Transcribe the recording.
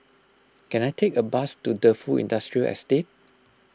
can I take a bus to Defu Industrial Estate